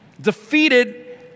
defeated